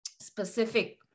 specific